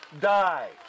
die